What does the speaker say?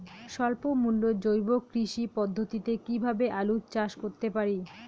স্বল্প মূল্যে জৈব কৃষি পদ্ধতিতে কীভাবে আলুর চাষ করতে পারি?